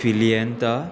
फिलियता